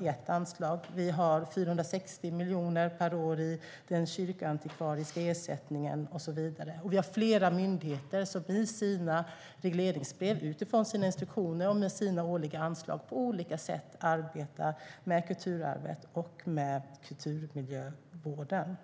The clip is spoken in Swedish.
i ett anslag, 460 miljoner per år i den kyrkoantikvariska ersättningen och så vidare - och vi har flera myndigheter som i sina regleringsbrev, utifrån sina instruktioner och med sina årliga anslag på olika sätt arbetar med kulturarvet och med kulturmiljövården.